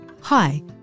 Hi